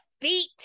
feet